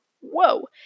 Whoa